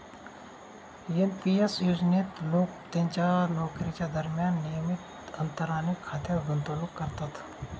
NP S योजनेत लोक त्यांच्या नोकरीच्या दरम्यान नियमित अंतराने खात्यात गुंतवणूक करतात